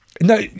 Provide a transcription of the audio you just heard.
no